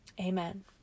amen